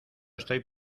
estoy